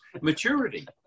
maturity